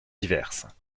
diverses